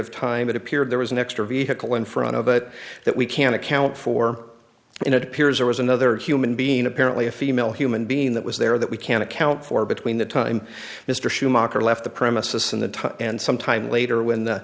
of time it appeared there was an extra vehicle in front of it that we can't account for in appears there was another human being apparently a female human being that was there that we can account for between the time mr schumacher left the premises and the time and some time later when the